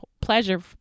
pleasure